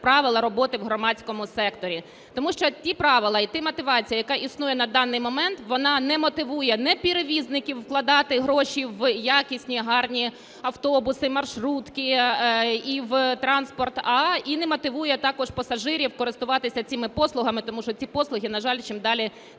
правила роботи в громадському секторі, тому що ті правила і та мотивація, яка існує на даний момент, вона не мотивує ні перевізників вкладати гроші в якісні, гарні автобуси, маршрутки і в транспорт, і не мотивує також пасажирів користуватися цими послугами, тому що ці послуги, на жаль, чим далі,